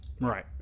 Right